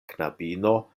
knabino